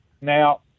Now